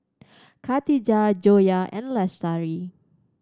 Katijah Joyah and Lestari